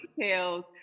details